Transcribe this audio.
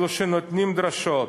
אלו שנותנים דרשות,